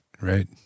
right